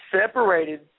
separated